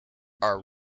are